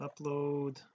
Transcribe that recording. upload